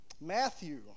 Matthew